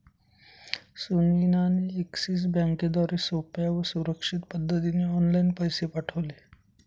सुनीता ने एक्सिस बँकेद्वारे सोप्या व सुरक्षित पद्धतीने ऑनलाइन पैसे पाठविले